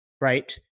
right